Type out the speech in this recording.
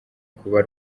kuba